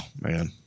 man